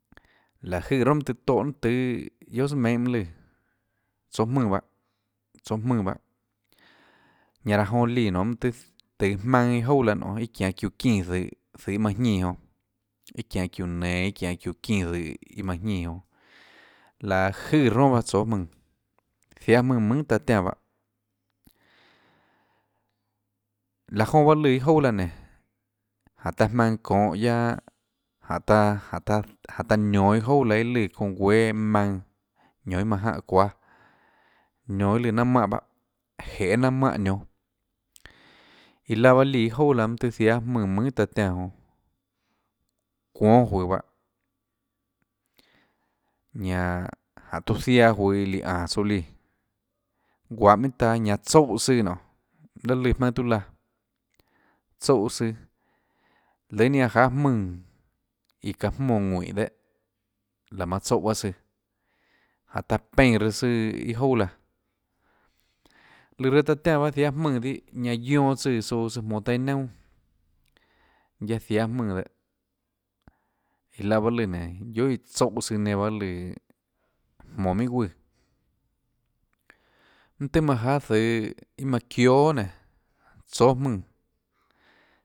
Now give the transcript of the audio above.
Láhå jøè ronà tóhã niunà tùâ guiohà tsùà meinhâ mønâ lùã tsóâ jmùnã bahâ tsóâ jmùnã bahâ ñanã raã joã líã mønâ tøhê tøå jmaønâ iâ jouà laã iâ çianå çiúã çínã zøhå zøhå iâ manã jñínã jonã iâ çianå çiúã nenå iâ çianå çiúã çínã zøhå iâ manã jñínã jonã láhå jøè ronà bahâ tsóâ jmùnã jiáâ jmùnã mønhà taã tiánã bahâ laã jonã bahâ lùã iâ jouà laã nénå jáhå taã maønã çonhå guiaâ jánhå jánhå jánhå taã nionå iâ jouà â lùã çounã guéâ maønã ñanã oå iâ manã jánhã çuáâ nionå iâ líã nanâ mánhã bahâ jeê nanâ mánhã nionå iã laã líã iâ jouà laã mønâ tøhê jiáâ jmùnã mønhà taã tiánã jonã çuónâ juøå bahâ ñanã jánhå tuã líã ziaã juøå líã ánå tsouã líã guahå minhà taâ lùã ñanã tsoúhã nonê laê lùã maønâ tuã laã tsoúhã søã lùâ ninâ juáhã jáâ jmùnã iã çaã jmónã ðuínhå dehâ laã manã tsoúã bahâ søã jáhå taã pénã reã søã iâ jouà laã lùã reã taã tiánã pahâ iã jiáâ jmùnã dihâ ñanã guionã tsùã tsouã jmonå taâ iâ naunà guiaâ jiáâ jmónã dehâ iã laã bahâ lùã nénå guiohà iã tsoúã søã nenã bahâ lùã jmonå minhà guùã mønâ tøhê manã jáâ zøhå iã manã çióâ guiohà nénå tsóâ jmùnã.